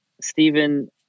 Stephen